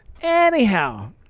anyhow